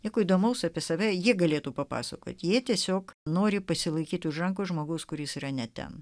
nieko įdomaus apie save ji galėtų papasakoti ji tiesiog nori pasilaikyti už rankų žmogaus kuris yra ne ten